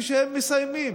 כשהם מסיימים?